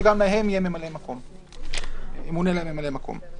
שגם להם ימונו ממלאי-מקום.